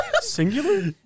Singular